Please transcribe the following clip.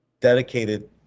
dedicated